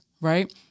right